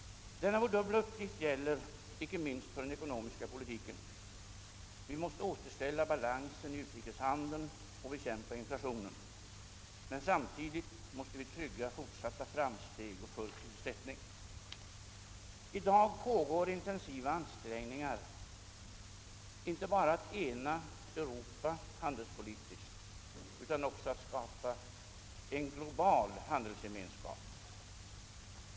Denna vår dubbla uppgift gäller icke minst för den ekonomiska politiken. Vi måste återställa balansen i utrikeshandeln och bekämpa inflationen, men samtidigt måste vi trygga fortsatta framsteg och full sysselsättning. I dag pågår intensiva ansträngningar inte bara att ena Europa handelspolitiskt utan också att skapa en global handelsgemenskap.